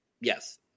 Yes